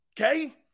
okay